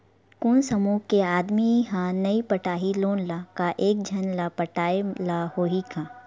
कोन समूह के आदमी हा नई पटाही लोन ला का एक झन ला पटाय ला होही का?